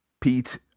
Pete